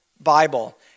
Bible